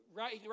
right